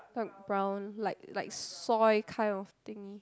light brown like like soil kind of thingy